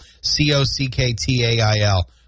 C-O-C-K-T-A-I-L